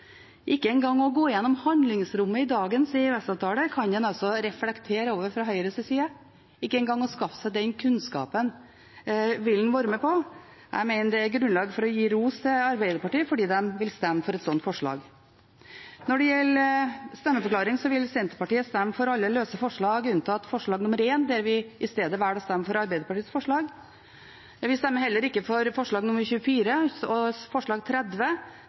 Ikke engang å gå igjennom handlingsrommet i dagens EØS-avtale kan en altså reflektere over fra Høyres side. Ikke engang å skaffe seg kunnskapen vil en være med på. Jeg mener det er grunnlag for å gi ros til Arbeiderpartiet for at de vil stemme for et slikt forslag. Når det gjelder stemmeforklaring, vil Senterpartiet stemme for alle løse forslag unntatt forslag nr. 1, der vi isteden velger å stemme for Arbeiderpartiets forslag. Vi stemmer heller ikke for forslagene nr. 24, 30, 31, 38, 41 og 42. Vi ber om at forslag